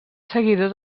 seguidor